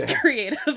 Creative